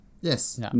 yes